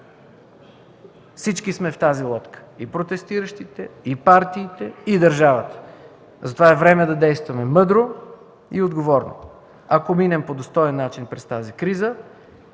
Всички сме в тази лодка – и протестиращите, и партиите, и държавата. Затова е време да действаме мъдро и отговорно. Ако минем по достоен начин през тази криза,